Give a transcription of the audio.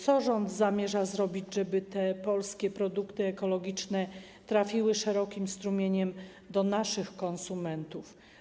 Co rząd zamierza zrobić, żeby polskie produkty ekologiczne trafiły szerokim strumieniem do naszych konsumentów?